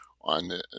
on